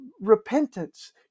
repentance